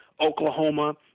Oklahoma